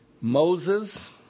Moses